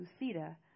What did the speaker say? Lucida